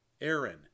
Aaron